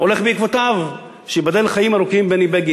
בני בגין, שייבדל לחיים ארוכים, הולך בעקבותיו.